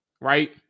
Right